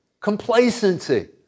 Complacency